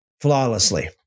flawlessly